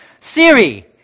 siri